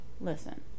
Listen